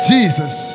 Jesus